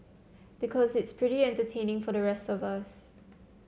because it's pretty entertaining for the rest of us